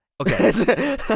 Okay